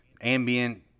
ambient